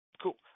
cool